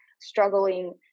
struggling